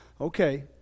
Okay